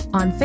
on